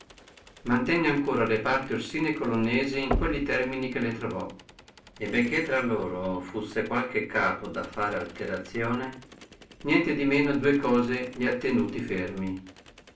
mantenne ancora le parti orsine e colonnese in quelli termini che le trovò e benché tra loro fussi qualche capo da fare alterazione tamen dua cose li ha tenuti fermi